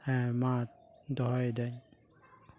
ᱦᱮᱸ ᱢᱟ ᱫᱚᱦᱚᱭᱫᱟᱹᱧ